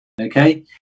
Okay